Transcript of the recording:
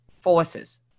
forces